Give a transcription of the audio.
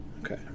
Okay